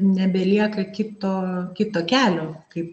nebelieka kito kito kelio kaip